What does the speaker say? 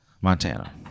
Montana